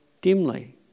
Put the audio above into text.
dimly